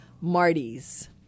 Marty's